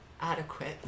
adequate